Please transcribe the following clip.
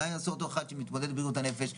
מה יעשה אותו אחד שמתמודד בבריאות הנפש,